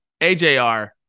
AJR